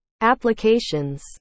applications